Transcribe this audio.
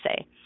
say